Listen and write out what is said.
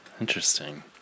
Interesting